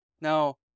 Now